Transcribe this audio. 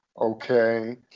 Okay